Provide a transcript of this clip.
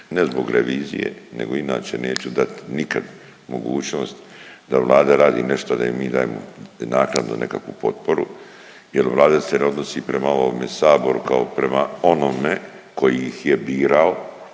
ne zbog revizije nego inače neću dat nikad mogućnost da Vlada radi nešto da im mi dajemo naknadno nekakvu potporu jer Vlada se ne odnosi prema ovome saboru kao prema onome koji ih je birao